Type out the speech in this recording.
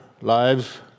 lives